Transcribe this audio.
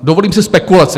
Dovolím si spekulace.